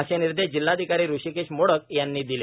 असे निर्देश जिल्हाधिकारी हृषीकेश मोडक यांनी दिले